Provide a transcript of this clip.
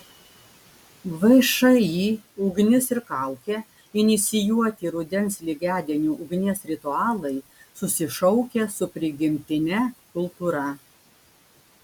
všį ugnis ir kaukė inicijuoti rudens lygiadienių ugnies ritualai susišaukia su prigimtine kultūra